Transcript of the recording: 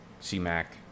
C-Mac